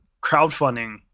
crowdfunding